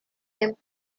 him